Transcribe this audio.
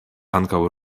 ankaŭ